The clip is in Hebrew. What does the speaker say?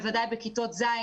בוודאי בכיתות ז',